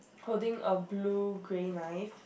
hold a blue grey knife